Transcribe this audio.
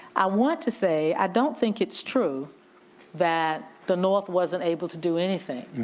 i want to say, i don't think it's true that the north wasn't able to do anything.